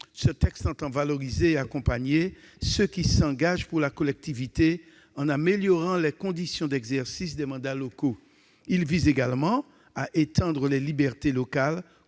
Ce texte entend valoriser et accompagner ceux qui s'engagent pour la collectivité, en améliorant les conditions d'exercice des mandats locaux. Il vise également à étendre les libertés locales,